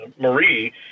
Marie